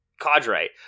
cadre